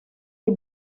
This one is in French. les